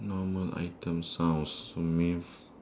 normal item sounds for me